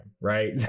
right